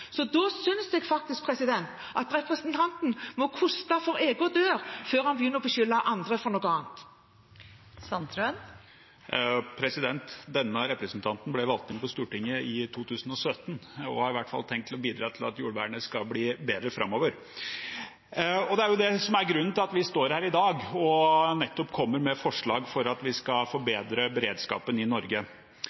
Jeg synes faktisk representanten Sandtrøen bør feie for egen dør før han begynner å beskylde andre for noe. Denne representanten ble valgt inn på Stortinget i 2017 og har i hvert fall tenkt å bidra til at jordvernet skal bli bedre framover. Det er jo det som er grunnen til at vi står her i dag og kommer med forslag om å forbedre beredskapen i Norge.